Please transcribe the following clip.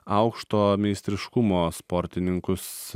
aukšto meistriškumo sportininkus